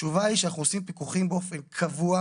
התשובה היא שאנחנו עושים פיקוחים באופן קבוע,